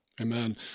Amen